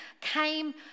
came